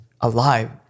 alive